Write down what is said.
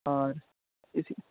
اور اس